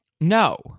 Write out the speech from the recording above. No